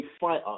fighter